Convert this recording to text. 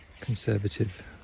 conservative